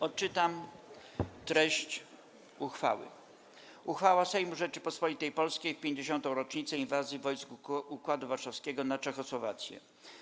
Odczytam treść uchwały: „Uchwała Sejmu Rzeczypospolitej Polskiej w 50. rocznicę Inwazji wojsk Układu Warszawskiego na Czechosłowację.